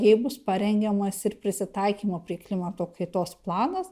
jai bus parengiamas ir prisitaikymo prie klimato kaitos planas